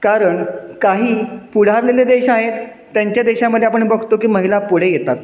कारण काही पुढारलेले देश आहेत त्यांच्या देशामध्ये आपण बघतो की महिला पुढे येतात